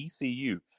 ECU